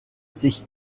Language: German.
sich